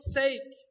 sake